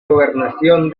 gobernación